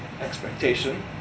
Expectation